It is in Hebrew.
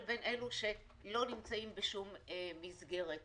לבין אלה שלא נמצאים בשום מסגרת.